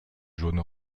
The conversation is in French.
jaune